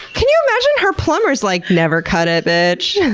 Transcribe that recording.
can you imagine! her plumber's like, never cut it, bitch!